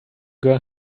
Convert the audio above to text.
girl